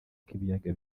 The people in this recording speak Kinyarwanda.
k’ibiyaga